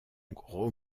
gros